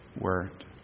Word